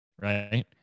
right